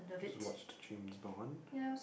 I just watched James-Bond